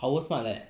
OwlSmart leh